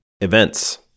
Events